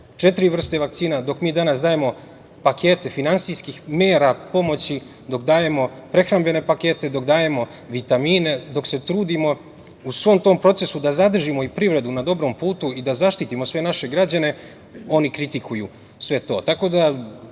četiri vrste vakcina. Dok mi danas dajemo pakete finansijske mera, pomoć. Dok dajemo prehrambene pakete, dok dajemo vitamine, dok se trudimo u svom tom procesu da zadržimo i privredu na dobrom putu i da zaštitimo sve naše građane, oni kritikuju sve to. Tako da